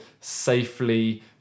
safely